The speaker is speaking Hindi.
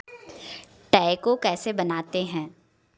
टैको कैसे बनाते हैं